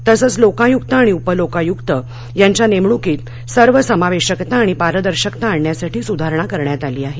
तसच लोकायुक्त आणि उपलोकायुक्त यांच्या नेमणुकीत सर्व समावेशकता आणि पारदर्शकता आणण्यासाठी सुधारणा करण्यात आली आहे